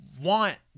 want